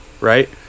right